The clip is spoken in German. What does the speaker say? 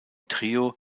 trio